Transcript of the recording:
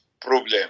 problem